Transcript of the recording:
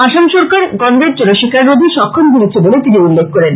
আসাম সরকার গন্ডার চোরাশিকার রোধে সক্ষম হয়েছে বলে তিনি উল্লেখ করেন